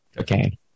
Okay